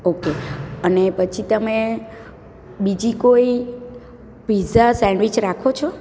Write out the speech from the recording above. okay અને પછી તમે બીજી કોઈ પીઝા સેન્ડવિચ રાખો છો